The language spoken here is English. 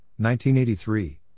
1983